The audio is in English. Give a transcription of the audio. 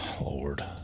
Lord